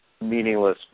meaningless